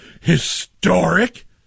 historic